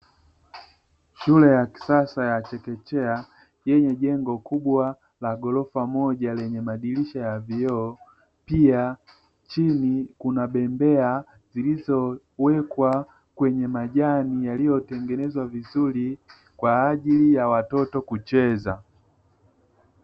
Shule ya kisasa ya chekechea yenye jengo kubwa la ghorofa moja, lenye madirisha ya vioo, pia chini kuna bembea zilizowekwa kwenye majani yaliyotengenezwa vizuri, kwa ajili ya watoto kucheza.